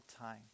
time